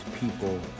people